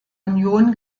union